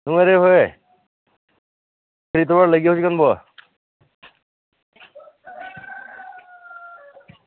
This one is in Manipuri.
ꯅꯨꯉꯥꯏꯔꯤ ꯍꯣꯏ ꯀꯔꯤ ꯇꯧꯔꯥ ꯂꯩꯒꯦ ꯍꯧꯖꯤꯛꯀꯥꯟꯕꯨ